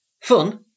Fun